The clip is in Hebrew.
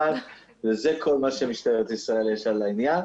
וזה כל מה שמשטרת ישראל יש לה לעניין.